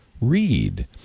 read